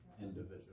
individual